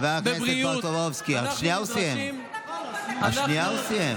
חבר הכנסת טופורובסקי, רק השנייה הוא סיים.